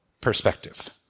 Perspective